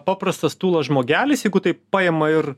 paprastas tūlas žmogelis jeigu taip paima ir